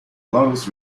longest